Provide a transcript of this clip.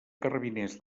carrabiners